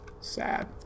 Sad